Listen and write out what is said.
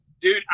Dude